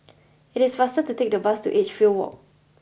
it is faster to take the bus to Edgefield Walk